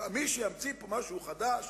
מי שימציא משהו חדש